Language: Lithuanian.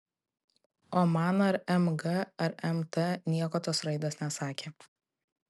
o man ar mg ar mt nieko tos raidės nesakė